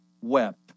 wept